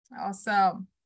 Awesome